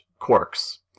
quarks